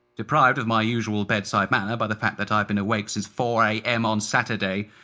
deprived of my usual bedside manner by the fact that i'd been awake since four am on saturday,